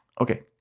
Okay